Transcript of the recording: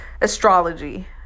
astrology